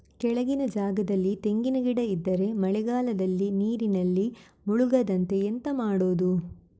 ಕೆಳಗಿನ ಜಾಗದಲ್ಲಿ ತೆಂಗಿನ ಗಿಡ ಇದ್ದರೆ ಮಳೆಗಾಲದಲ್ಲಿ ನೀರಿನಲ್ಲಿ ಮುಳುಗದಂತೆ ಎಂತ ಮಾಡೋದು?